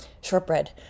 shortbread